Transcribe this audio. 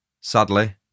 Sadly